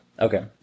Okay